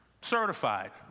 Certified